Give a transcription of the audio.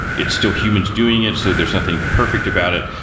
it's still humans doing it, so there's nothing perfect about it.